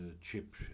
chip